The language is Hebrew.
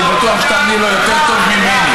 אני בטוח שתעני לו יותר טוב ממני.